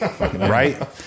right